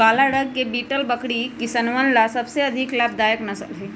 काला रंग के बीटल बकरी किसनवन ला सबसे अधिक लाभदायक नस्ल हई